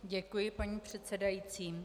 Děkuji, paní předsedající.